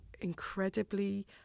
incredibly